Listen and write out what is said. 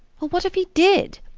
what if he did?